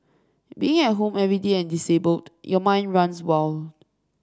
being at home every day and disabled your mind runs wild